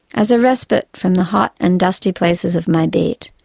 as a respite from the hot and dusty places of my beat,